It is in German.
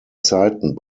zeiten